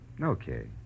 Okay